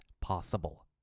possible